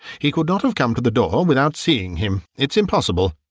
he could not have come to the door um without seeing him it's impossible.